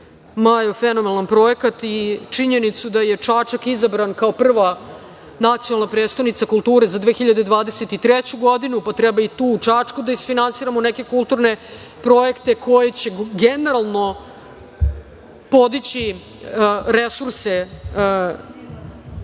Majo, fenomenalan projekat i činjenica da je Čačak izabran kao prva nacionalna prestonica kulture za 2023. godinu, pa treba i tu u Čačku da isfinansiramo neke kulturne projekte koji će, generalno, podići resurse